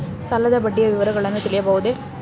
ಸಾಲದ ಬಡ್ಡಿಯ ವಿವರಗಳನ್ನು ತಿಳಿಯಬಹುದೇ?